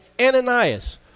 Ananias